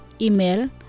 Email